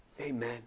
Amen